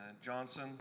Johnson